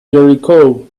jericho